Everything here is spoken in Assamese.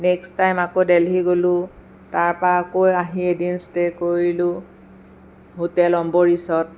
নেক্সট টাইম আকৌ ডেলহি গ'লোঁ তাৰপৰা আকৌ আহি এদিন ষ্টে কৰিলোঁ হোটেল অম্বৰিছত